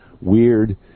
weird